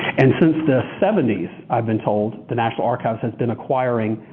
and since the seventy s i've been told the national archives has been acquiring